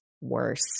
worse